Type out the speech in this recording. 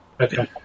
Okay